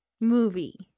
movie